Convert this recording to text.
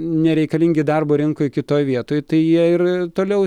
nereikalingi darbo rinkoj kitoj vietoj tai jie ir toliau